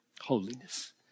Holiness